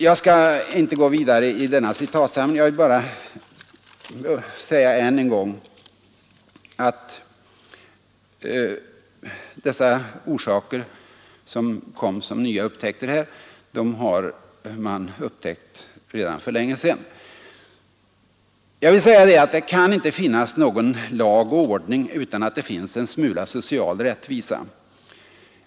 Jag skall inte gå vidare i denna citatsamling; jag vill bara säga än en gång att dessa orsaker, som kom som nya upptäckter här, har man upptäckt redan för länge sedan. Det kan inte finnas någon ”lag och ordning” utan att det finns en smula social rättvisa.